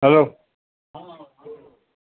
hello